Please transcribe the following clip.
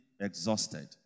exhausted